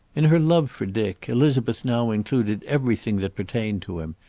in her love for dick, elizabeth now included everything that pertained to him,